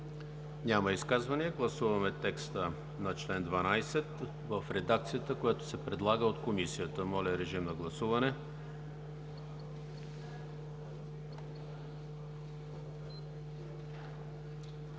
Няма изказвания. Гласуваме текста на чл. 12 в редакцията, която се предлага от Комисията. Гласували